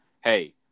hey